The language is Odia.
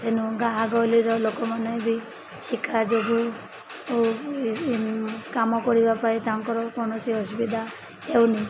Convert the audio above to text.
ତେନୁ ଗାଁ ଗହଲିର ଲୋକମାନେ ବି ଶିକ୍ଷା ଯୋଗୁ ଓ କାମ କରିବା ପାଇଁ ତାଙ୍କର କୌଣସି ଅସୁବିଧା ହେଉନି